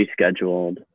rescheduled